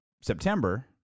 September